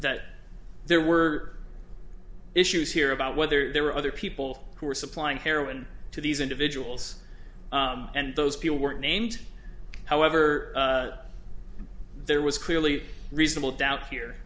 that there were issues here about whether there were other people who were supplying heroin to these individuals and those people were named however there was clearly reasonable doubt